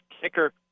kicker